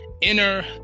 inner